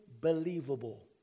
believable